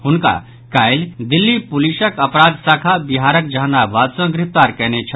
हुनका काल्हि दिल्ली पुलिसक अपराध शाखा बिहारक जहानाबाद सॅ गिरफ्तार कयने छल